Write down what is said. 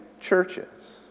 churches